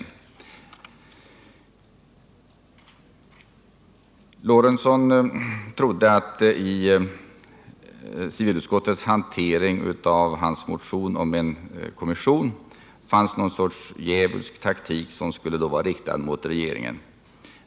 Gustav Lorentzon trodde att det bakom civilutskottets hantering av hans motion fanns något slags djävulsk taktik, som skulle vara riktad mot regeringen.